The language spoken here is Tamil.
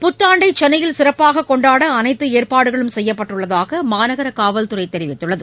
புத்தாண்டைசென்னையில் சிறப்பாககொண்டாடஅனைத்துஏற்பாடுகளும் செய்யப்பட்டுள்ளதாகமாநகரகாவல்துறைதெரிவித்துள்ளது